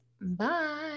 Bye